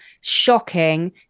shocking